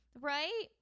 right